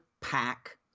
pack